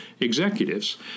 executives